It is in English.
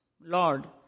Lord